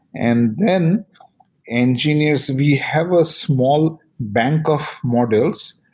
and then engineers, we have a small bank of models.